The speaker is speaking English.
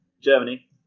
Germany